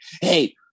Hey